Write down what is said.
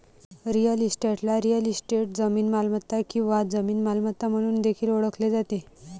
real इस्टेटला real estate, जमीन मालमत्ता किंवा जमीन मालमत्ता म्हणून देखील ओळखले जाते